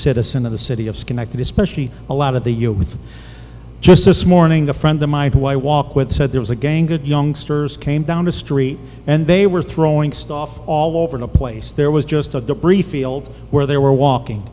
citizen of the city of schenectady especially a lot of the year with just this morning a friend of mine who i walk with said there was a gang good youngsters came down the street and they were throwing stuff all over the place there was just a debris field where they were walking